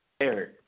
Eric